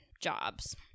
jobs